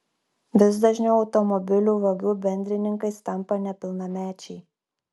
vis dažniau automobilių vagių bendrininkais tampa nepilnamečiai